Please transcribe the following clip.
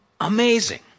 Amazing